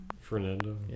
Fernando